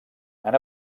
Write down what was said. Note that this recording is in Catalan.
han